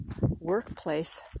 workplace